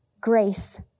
Grace